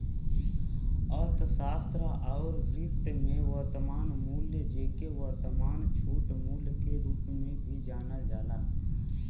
अर्थशास्त्र आउर वित्त में, वर्तमान मूल्य, जेके वर्तमान छूट मूल्य के रूप में भी जानल जाला